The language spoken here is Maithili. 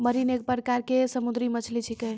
मरीन एक प्रकार के समुद्री मछली छेकै